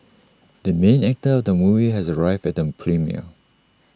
the main actor of the movie has arrived at the premiere